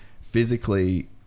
physically